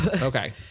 okay